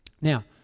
Now